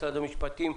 משרד המשפטים,